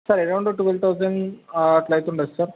sir around twelve thousand అట్ల అవుతుండవచ్చు sir